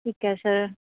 ਠੀਕ ਹੈ ਸਰ